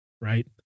Right